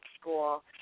school